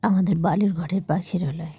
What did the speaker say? আমাদের বালুরঘাটের পাখিরালয়